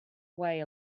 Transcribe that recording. way